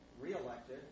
reelected